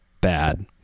bad